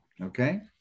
okay